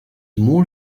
more